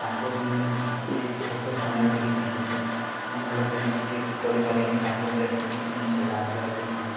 ତାଙ୍କରଠୁ ଟିକିଏ ଛୋଟ ଟିକିଏ ଶିଖିଛି ଭଲସେ ବି ଟିକିଏ କରିପାରିନି ତାଙ୍କଠୁ ଯାହା ଶିଖିଛି ମୁଁ ସେଇଟା ଆପ୍ଳାଏ କରିଥାଏ